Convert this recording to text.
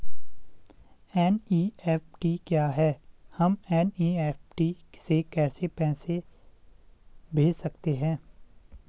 NEFT क्या है हम एन.ई.एफ.टी से कैसे पैसे भेज सकते हैं?